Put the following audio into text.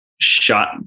shot